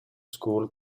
school